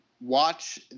Watch